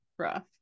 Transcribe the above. Rough